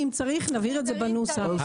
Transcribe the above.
ואם צריך נבהיר את זה בנוסח.